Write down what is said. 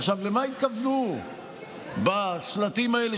למה התכוונו בשלטים האלה,